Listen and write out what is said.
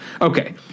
Okay